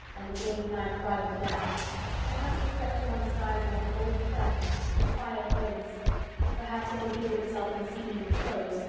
like a gay knight riding down perhaps it crept to one's side like an old friend through quiet ways perhaps it revealed itself in seeming prose,